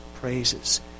praises